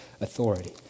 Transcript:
authority